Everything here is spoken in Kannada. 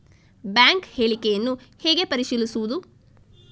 ಬ್ಯಾಂಕ್ ಹೇಳಿಕೆಯನ್ನು ಹೇಗೆ ಪರಿಶೀಲಿಸುವುದು?